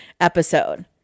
episode